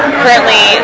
currently